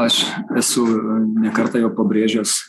aš esu ne kartą jau pabrėžęs